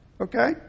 Okay